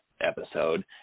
episode